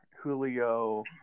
Julio